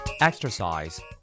Exercise